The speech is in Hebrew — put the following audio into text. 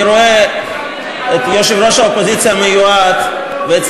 אני רואה את יושב-ראש האופוזיציה המיועד ואת